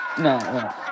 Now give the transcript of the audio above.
no